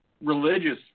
Religious